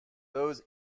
those